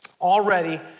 already